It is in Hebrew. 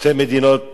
שתי מדינות